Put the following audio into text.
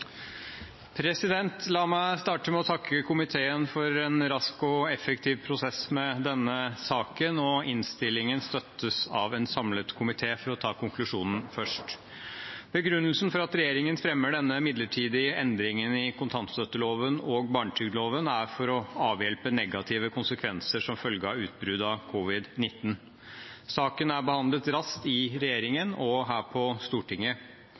minutter. La meg starte med å takke komiteen for en rask og effektiv prosess med denne saken, og innstillingen støttes av en samlet komité – for å ta konklusjonen først. Begrunnelsen for at regjeringen fremmer denne midlertidige endringen i kontantstøtteloven og i barnetrygdloven er å avhjelpe negative konsekvenser som følge av utbruddet av covid-19. Saken er behandlet raskt i regjeringen og her på Stortinget.